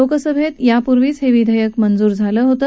लोकसभेत यापूर्वीच हे विधेयक मंजूर केलं होतं